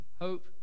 hope